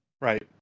right